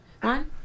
One